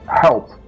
help